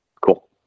Cool